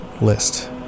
list